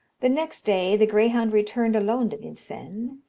the next day the greyhound returned alone to vincennes,